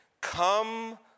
come